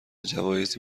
جوایزی